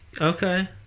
Okay